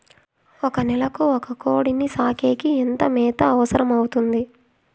ఒక నెలకు ఒక కోడిని సాకేకి ఎంత మేత అవసరమవుతుంది?